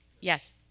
yes